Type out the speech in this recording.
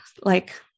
like-